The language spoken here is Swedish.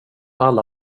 alla